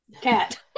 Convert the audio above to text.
Cat